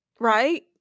Right